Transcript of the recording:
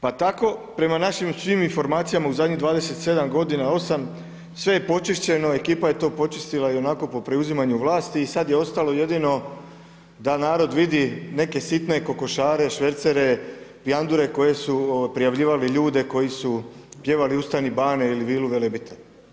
Pa tako prema svim našim informacijama u zadnjih 27 godina osam, sve je počišćeno, ekipa je to počistila i onako po preuzimanju vlasti i sada je ostalo jedino da narod vidi neke sitne kokošare, švercere, pijandure koji su prijavljivali ljude koji su pjevali „Ustani bane“ ili „Vilu Velebita“